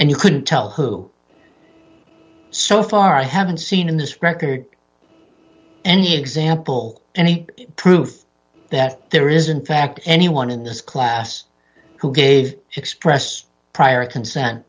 and you couldn't tell who so far i haven't seen in this record engine example any proof that there isn't fact anyone in this class who gave express prior consent